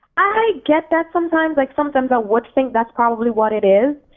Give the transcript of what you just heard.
i get that sometimes, like sometimes i would think that's probably what it is.